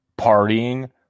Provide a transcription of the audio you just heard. partying